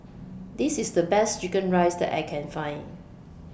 This IS The Best Chicken Rice that I Can Find